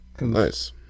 Nice